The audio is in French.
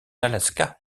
alaska